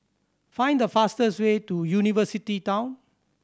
find the fastest way to University Town